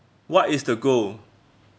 what is the goal